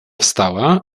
wstała